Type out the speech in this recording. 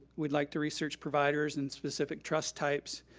we'd like to research providers and specific trust types,